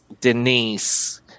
Denise